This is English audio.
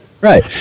Right